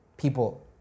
people